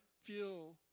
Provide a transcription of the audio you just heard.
feel